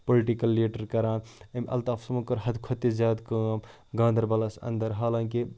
political leader کَران أمۍ الطاف صٲبَن کٔر حَدٕ کھۄتہٕ تہِ زیادٕ کٲم گاندَربَلَس انٛدَر حالانٛکہِ